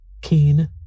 Keen